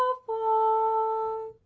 o